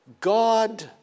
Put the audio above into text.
God